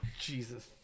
Jesus